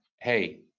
hey